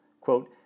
Quote